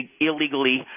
illegally